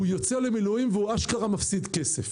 הוא יוצא למילואים ומפסיד כסף.